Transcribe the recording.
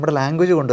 language